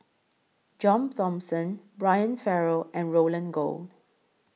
John Thomson Brian Farrell and Roland Goh